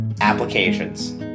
applications